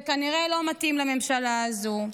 זה כנראה לא מתאים לממשלה הזאת.